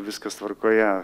viskas tvarkoje